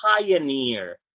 pioneer